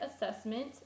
Assessment